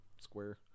square